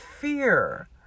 fear